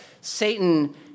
Satan